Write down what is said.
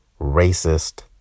racist